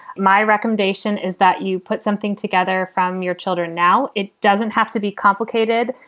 my recommendation is that you put something together from your children now. it doesn't have to be complicated.